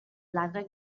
bladder